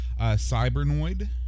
Cybernoid